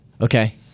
Okay